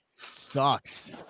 sucks